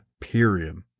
period